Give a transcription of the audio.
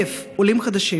1,000, עולים חדשים.